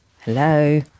hello